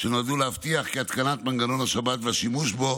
שנועדו להבטיח כי התקנת מנגנון השבת והשימוש בו